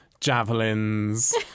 javelins